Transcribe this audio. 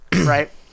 Right